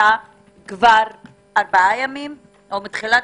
בשביתה - כבר ארבעה ימים או מתחילת